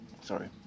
Sorry